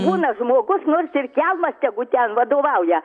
būna žmogus nors ir kelmas tegu ten vadovauja